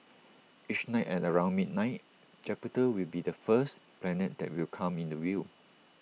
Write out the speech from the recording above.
each night at around midnight Jupiter will be the first planet that will come into view